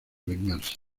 vengarse